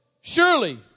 Surely